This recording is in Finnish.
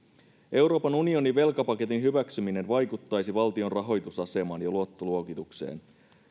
euroopan unionin velkapaketin hyväksyminen vaikuttaisi valtion rahoitusasemaan ja luottoluokitukseen